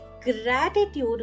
Gratitude